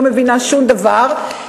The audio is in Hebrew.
לא מבינה שום דבר,